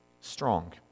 strong